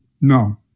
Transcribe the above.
no